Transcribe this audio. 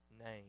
name